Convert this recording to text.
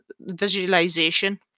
visualization